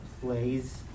plays